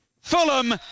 Fulham